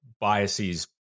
biases